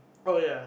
oh ya